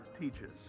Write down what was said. teaches